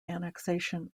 annexation